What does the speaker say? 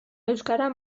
euskara